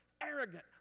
arrogant